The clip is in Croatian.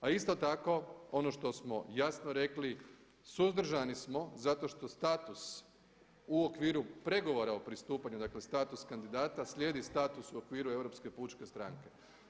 A isto tako ono što smo jasno rekli suzdržani smo zato što status u okviru pregovora o pristupanju, dakle status kandidata slijedi status u okviru Europske pučke stranke.